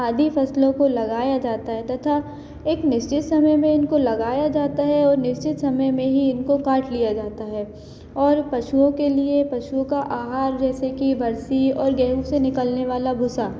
आदि फसलों को लगाया जाता है तथा एक निश्चित समय में इनको लगाया जाता है और निश्चित समय में ही काट लिया जाता है और पशुओं के लिए पशुओं का आहार जैसे की बरसी गेहूँ से निकलने वाला भूँसा